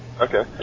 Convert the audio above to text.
Okay